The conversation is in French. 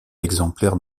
exemplaires